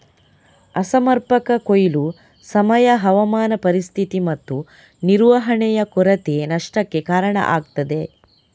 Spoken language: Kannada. ಅಸಮರ್ಪಕ ಕೊಯ್ಲು, ಸಮಯ, ಹವಾಮಾನ ಪರಿಸ್ಥಿತಿ ಮತ್ತು ನಿರ್ವಹಣೆಯ ಕೊರತೆ ನಷ್ಟಕ್ಕೆ ಕಾರಣ ಆಗ್ತದೆ